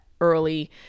early